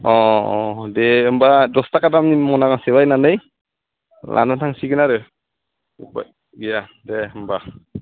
अ अ दे होनबा दस ताका दामनि मना गांसे बायनानै लाना थांसिगोन आरो उपाय गैया दे होनबा